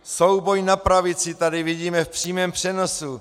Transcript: Souboj na pravici tady vidíme v přímém přenosu!